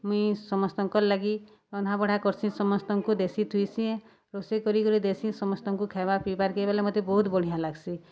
ମୁଇଁ ସମସ୍ତଙ୍କର୍ ଲାଗି ରନ୍ଧାବଢ଼ା କର୍ସି ସମସ୍ତଙ୍କୁ ଦେସିଁ ଥୁଇସିଁ ରୋଷେଇ କରିକରି ଦେସିଁ ସମସ୍ତଙ୍କୁ ଖାଏବା ପିଇବାର୍କେ ବେଲେ ମତେ ବହୁତ୍ ବଢ଼ିଆଁ ଲାଗ୍ସି